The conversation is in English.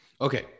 Okay